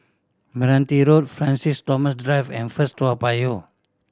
Meranti Road Francis Thomas Drive and First Toa Payoh